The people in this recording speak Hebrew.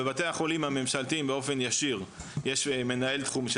בבתי החולים הממשלתיים באופן ישיר יש מנהל תחום,